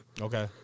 Okay